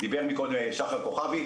דיבר לפני כן שחר כוכבי,